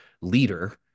leader